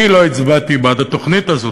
אני לא הצבעתי בעד התוכנית הזאת,